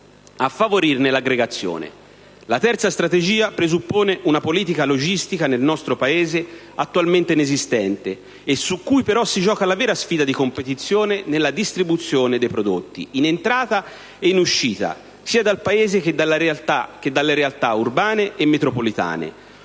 a favorirne l'aggregazione. La terza strategia presuppone una politica logistica nel nostro Paese attualmente inesistente, e su cui però si gioca la vera sfida di competizione nella distribuzione dei prodotti, in entrata e in uscita, sia dal Paese che dalle realtà urbane e metropolitane,